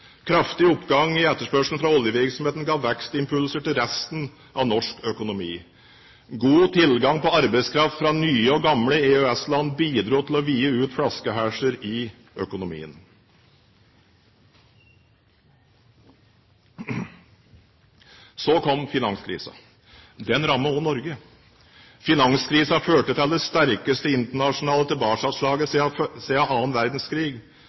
Kraftig oppgang i etterspørselen fra oljevirksomheten ga vekstimpulser til resten av norsk økonomi. God tilgang på arbeidskraft fra nye og gamle EØS-land bidro til å vide ut flaskehalser i økonomien. Så kom finanskrisen. Den rammet også Norge. Finanskrisen førte til det sterkeste internasjonale tilbakeslaget siden annen verdenskrig.